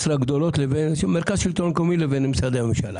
בין מרכז שלטון מקומי לבין משרדי הממשלה.